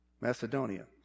Macedonia